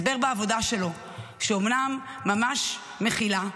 הסבר בעבודה שלו, שאומנם ממש מכילה,